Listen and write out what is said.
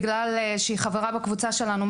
בגלל שהיא חברה בקבוצה שלנו,